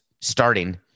starting